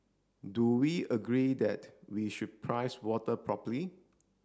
do we agree that we should price water properly